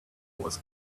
was